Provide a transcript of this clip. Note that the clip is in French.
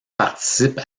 participe